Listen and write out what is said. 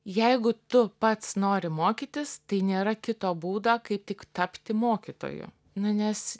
jeigu tu pats nori mokytis tai nėra kito būdo kaip tik tapti mokytoju nu nes